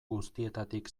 guztietatik